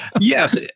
Yes